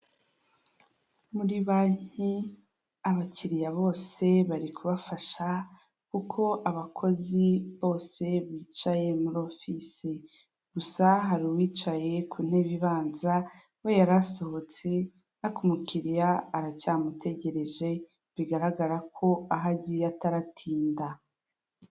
Muri banki, abakiriya bose bari kubafasha, kuko abakozi bose bicaye muri ofisi. Gusa hari uwicaye ku ntebe ibanza, we yari asohotse, ariko umukiriya aracyamutegereje, bigaragara ko aho agiye ataratinda.